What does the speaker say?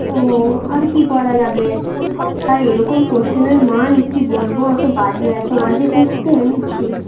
ও আর কী করা যাবে আর এই রকম কোশ্চেনের মান কী বলব এত বাজে এত বাজে কোশ্চেন ছি